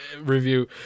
review